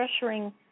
pressuring